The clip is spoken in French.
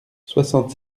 soixante